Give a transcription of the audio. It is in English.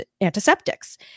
antiseptics